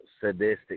sadistic